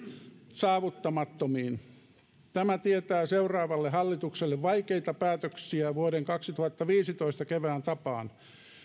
saavuttamattomiin tämä tietää seuraavalle hallitukselle vaikeita päätöksiä vuoden kaksituhattaviisitoista kevään tapaan